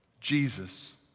Jesus